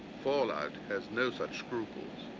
fallout has no such scruples.